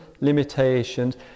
limitations